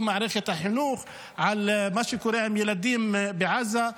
מערכת החינוך על מה שקורה עם ילדים בעזה.